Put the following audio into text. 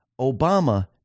Obama